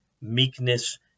meekness